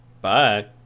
Bye